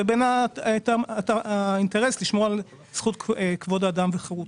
לבין האינטרס לשמור על זכות כבוד האדם וחירותו.